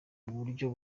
buryo